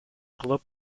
club